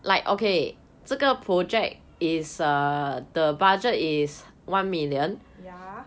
yeah